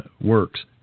works